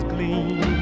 Gleam